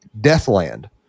Deathland